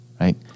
right